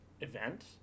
event